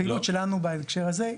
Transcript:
הפעילות שלנו בהקשר הזה,